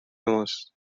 ماست